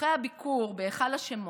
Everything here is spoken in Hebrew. אחרי הביקור בהיכל השמות.